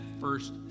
first